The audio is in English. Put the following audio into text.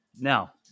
Now